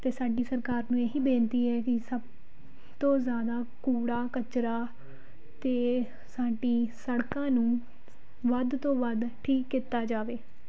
ਅਤੇ ਸਾਡੀ ਸਰਕਾਰ ਨੂੰ ਇਹ ਹੀ ਬੇਨਤੀ ਹੈ ਕਿ ਸਭ ਤੋਂ ਜ਼ਿਆਦਾ ਕੂੜਾ ਕਚਰਾ ਅਤੇ ਸਾਡੀ ਸੜਕਾਂ ਨੂੰ ਵੱਧ ਤੋਂ ਵੱਧ ਠੀਕ ਕੀਤਾ ਜਾਵੇ